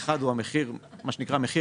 האחד הוא מחיר המטרה,